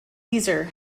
caesar